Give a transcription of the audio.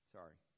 Sorry